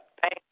thank